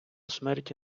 смерті